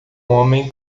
homem